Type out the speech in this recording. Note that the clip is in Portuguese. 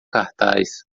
cartaz